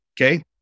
okay